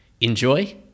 Enjoy